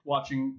Watching